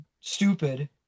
stupid